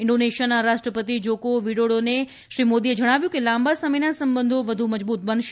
ઇન્ડોનેશિયાના રાષ્ટ્રપતિ જોકો વિડોડોને શ્રી મોદીએ જણાવ્યું કે લાંબા સમયના સંબંધો વધુ મજબૂત બનશે